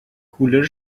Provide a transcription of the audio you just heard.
کولر